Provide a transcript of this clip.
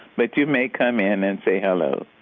but you may come in and say hello.